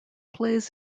plays